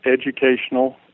Educational